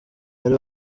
bari